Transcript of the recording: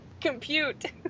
compute